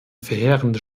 verheerende